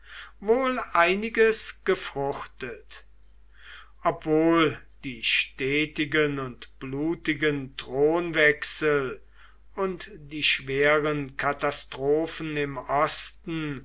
wohl einiges gefruchtet obwohl die stetigen und blutigen thronwechsel und die schweren katastrophen im osten